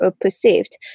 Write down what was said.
perceived